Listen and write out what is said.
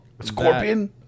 scorpion